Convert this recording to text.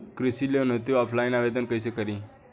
कृषि लोन हेतू ऑफलाइन आवेदन कइसे करि?